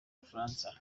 bufaransa